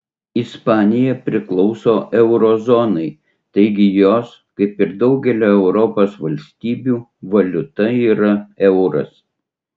ispanija priklauso euro zonai taigi jos kaip ir daugelio europos valstybių valiuta yra euras